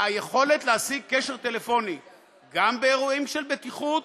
היכולת להשיג קשר טלפוני גם באירועים של בטיחות